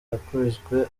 yakubiswe